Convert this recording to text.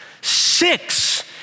six